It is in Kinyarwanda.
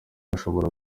ashobora